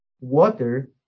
water